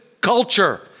culture